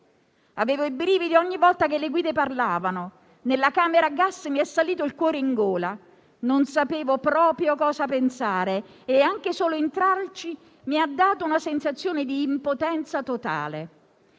Avevo i brividi ogni volta che le guide parlavano. Nella camera a gas mi è salito il cuore in gola, non sapevo proprio cosa pensare e anche solo entrarci mi ha dato una sensazione di impotenza totale.